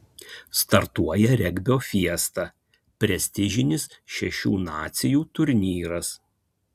startuoja regbio fiesta prestižinis šešių nacijų turnyras